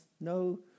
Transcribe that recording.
no